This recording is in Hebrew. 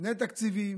לפני תקציבים,